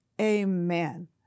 Amen